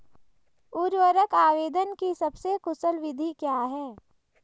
उर्वरक आवेदन की सबसे कुशल विधि क्या है?